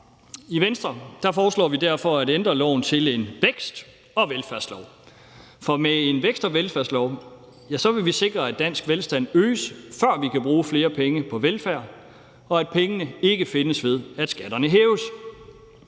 I Venstre foreslår vi derfor at ændre loven til en vækst- og velfærdslov, for med en vækst- og velfærdslov vil vi sikre, at dansk velstand øges, før vi kan bruge flere penge på velfærd, og at pengene ikke findes ved, at skatterne hæves.